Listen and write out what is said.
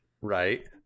right